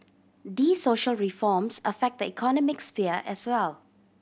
they social reforms affect the economic sphere as well